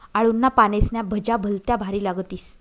आळूना पानेस्न्या भज्या भलत्या भारी लागतीस